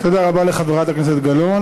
תודה רבה לחברת הכנסת גלאון.